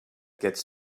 gets